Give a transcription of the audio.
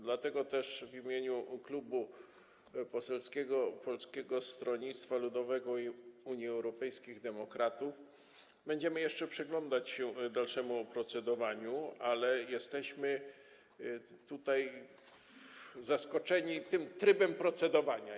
Dlatego też w imieniu Klubu Poselskiego Polskiego Stronnictwa Ludowego - Unii Europejskich Demokratów będziemy jeszcze przyglądać się dalszemu procedowaniu, ale jesteśmy zaskoczeni tym trybem procedowania.